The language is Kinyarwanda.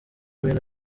bintu